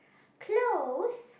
close